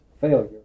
failure